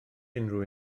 unrhyw